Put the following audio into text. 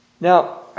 Now